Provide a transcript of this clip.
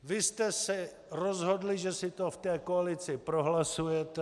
Vy jste si rozhodli, že si to v koalici prohlasujete.